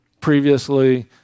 previously